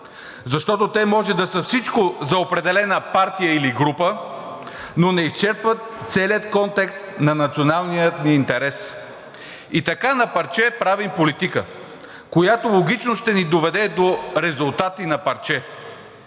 защото те може да са всичко за определена партия или група, но не изчерпват целия контекст на националния ни интерес. И така на парче правим политика, която логично ще ни доведе до резултати на парче.